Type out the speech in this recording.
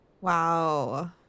Wow